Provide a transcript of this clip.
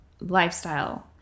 lifestyle